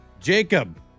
Jacob